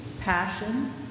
passion